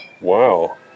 wow